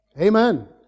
Amen